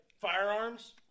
firearms